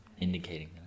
indicating